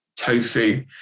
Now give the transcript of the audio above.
tofu